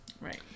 Right